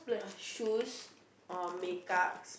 shoes or makeup